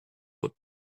what